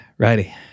Righty